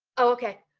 okay.